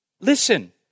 Listen